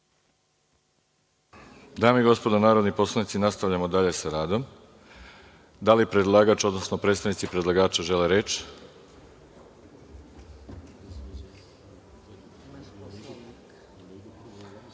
Dame i gospodo narodni poslanici, nastavljamo dalje sa radom. Da li predlagač, odnosno predstavnici predlagača žele reč? Po